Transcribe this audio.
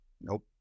Nope